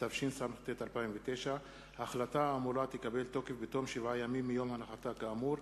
התשס"ט 2009. ההחלטה האמורה תקבל תוקף בתום שבעה ימים מיום הנחתה כאמור,